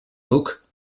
duk